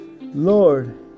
Lord